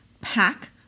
pack